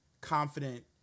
confident